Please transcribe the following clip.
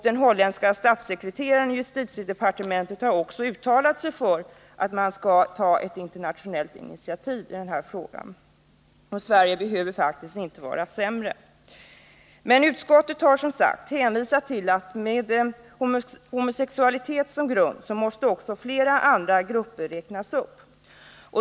Den holländska statssekreteraren i justitiedepartementet har också uttalat sig för att man skall ta ett internationellt initiativ i denna fråga, och Sverige behöver faktiskt inte vara sämre. Utskottet har, som sagt, hänvisat till att med homosexualitet som grund måste också flera andra grupper räknas upp.